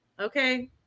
okay